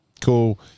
Cool